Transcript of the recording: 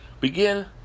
Begin